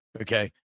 Okay